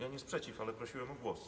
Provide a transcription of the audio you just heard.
Ja nie sprzeciw, ale prosiłem o głos.